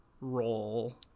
role –